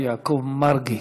יעקב מרגי.